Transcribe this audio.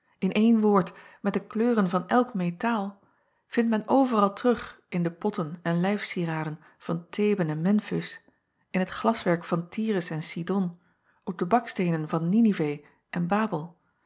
in een woord met de kleuren van elk acob van ennep laasje evenster delen metaal vindt men overal terug in de potten en lijfcieraden van heben en emfis in het glaswerk van yrus en idon op de baksteenen van inive en abel